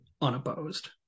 unopposed